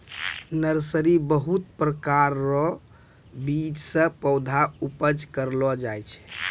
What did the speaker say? nursery बहुत प्रकार रो बीज से पौधा उपज करलो जाय छै